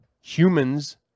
humans